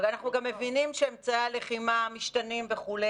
הרי אנחנו גם מבינים שאמצעי הלחימה משתנים וכו',